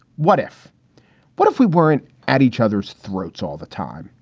what if what if we weren't at each other's throats all the time?